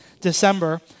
December